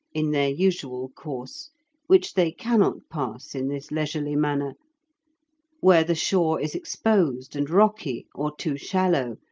in their usual course which they cannot pass in this leisurely manner where the shore is exposed and rocky, or too shallow,